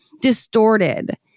distorted